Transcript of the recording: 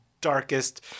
darkest